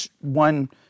one